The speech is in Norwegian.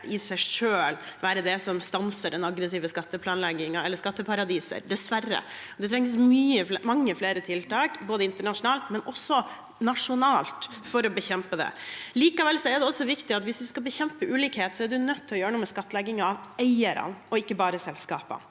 i seg selv være det som stanser den aggressive skatteplanleggingen eller skatteparadiser. Det trengs mange flere tiltak både internasjonalt og også nasjonalt for å bekjempe det. Likevel er det viktig å huske at hvis man skal bekjempe ulikhet, er man nødt til å gjøre noe med skattleggingen av eierne og ikke bare selskapene.